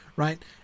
Right